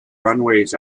runways